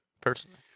personally